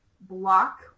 block